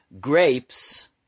grapes